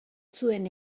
zuen